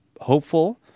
hopeful